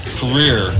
career